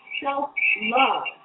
self-love